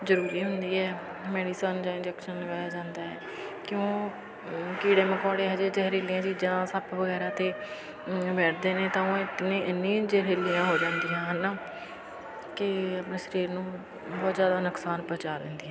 ਜ਼ਰੂਰੀ ਹੁੰਦੀ ਹੈ ਮੈਡੀਸਨ ਜਾਂ ਇੰਜੈਕਸ਼ਨ ਲਗਾਇਆ ਜਾਂਦਾ ਹੈ ਕਿਉਂ ਕੀੜੇ ਮਕੌੜੇ ਇਹੋ ਜਿਹੇ ਜ਼ਹਿਰੀਲੀਆਂ ਚੀਜ਼ਾਂ ਸੱਪ ਵਗੈਰਾ ਅਤੇ ਬੈਠਦੇ ਨੇ ਤਾਂ ਉਹ ਇਤਨੀ ਇੰਨੀ ਜ਼ਹਿਰੀਲੀਆਂ ਹੋ ਜਾਂਦੀਆਂ ਹਨ ਕਿ ਆਪਣੇ ਸਰੀਰ ਨੂੰ ਬਹੁਤ ਜ਼ਿਆਦਾ ਨੁਕਸਾਨ ਪਹੁੰਚਾ ਦਿੰਦੀਆਂ ਨੇ